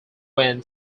when